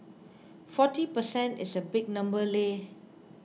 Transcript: forty per cent is a big number leh